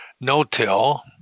no-till